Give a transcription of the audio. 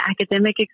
academic